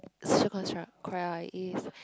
if